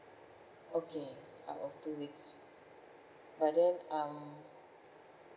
okay up to two weeks but then um